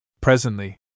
Presently